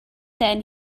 then